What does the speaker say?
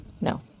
No